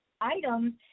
items